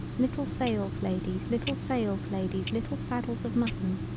little sales ladies little sales ladies little saddles of mutton.